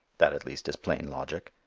that at least is plain logic.